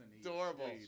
adorable